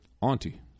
Auntie